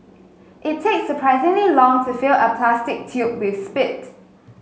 it takes surprisingly long to fill a plastic tube with spit